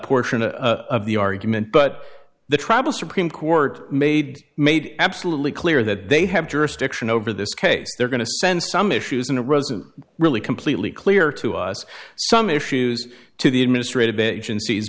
portion of the argument but the trouble supreme court made made absolutely clear that they have jurisdiction over this case they're going to send some issues in a resident really completely clear to us some issues to the administrative agencies